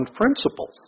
principles